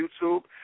YouTube